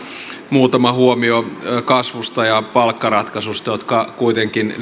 muutama huomio kasvusta ja palkkaratkaisusta jotka kuitenkin